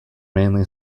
mainly